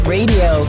Radio